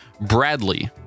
Bradley